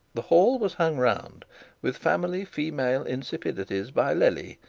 the hall was hung round with family female insipidities by lely,